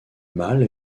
mâle